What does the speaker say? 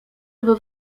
aby